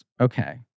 Okay